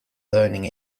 learning